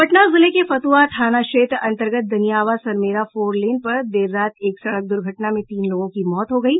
पटना जिले के फतुहा थाना क्षेत्र अन्तर्गत दनियावां सरमेरा फोर लेन पर देर रात एक सड़क दुर्घटना में तीन लोगों की मौत हो गयी